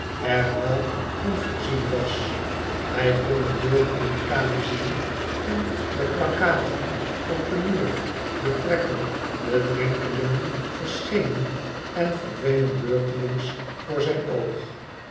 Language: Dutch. er wel van voorzien was hij kon er door in de kamer zien en de plakkaten op den muur betrekkelijk de drenkelingen verschenen en verdwenen beurtelings voor zijn oog